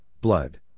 blood